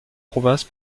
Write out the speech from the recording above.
province